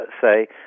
say